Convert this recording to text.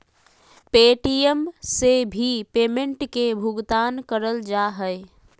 Paytm से भी payment के भुगतान करल जा हय